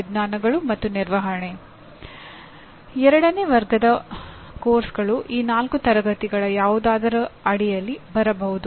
ವ್ಯತ್ಯಾಸ ಏನಂದರೆ ಈ ಮಂಡಳಿಯು ಕೇವಲ ಸಾಂಸ್ಥಿಕ ಮಾನ್ಯತೆಯನ್ನು ಬಯಸುತ್ತದೆ